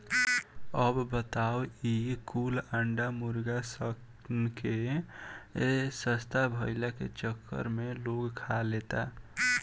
अब बताव ई कुल अंडा मुर्गा सन के सस्ता भईला के चक्कर में लोग खा लेता